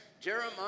Jeremiah